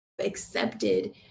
Accepted